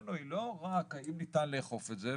עצמנו היא לא רק האם ניתן לאכוף את זה,